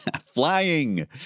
Flying